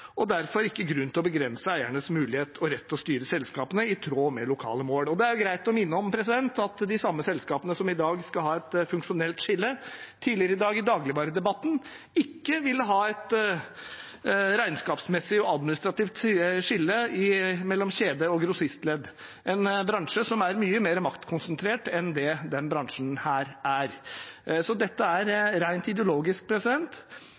og derfor ikke grunn til å begrense eiernes mulighet og rett til å styre selskapene i tråd med lokale mål. Det er greit å minne om at de samme selskapene i dag skal ha et funksjonelt skille, mens man tidligere i dag i dagligvaredebatten ikke ville ha et regnskapsmessig og administrativt skille mellom kjede og grossistledd, en bransje som er mye mer maktkonsentrert enn det denne bransjen er. Dette er reint ideologisk. Det er